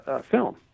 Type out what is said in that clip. film